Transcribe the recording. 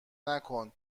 نکن